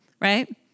right